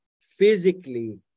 physically